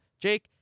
Jake